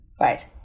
Right